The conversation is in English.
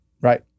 right